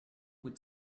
with